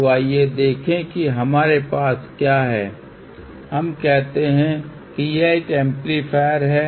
तो आइए देखें कि हमारे पास क्या है हम कहते हैं कि यह एम्पलीफायर है